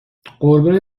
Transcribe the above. قربون